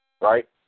right